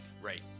Right